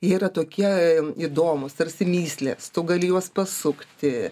yra tokie įdomūs tarsi mįslės tu gali juos pasukti